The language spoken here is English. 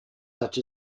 such